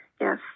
Yes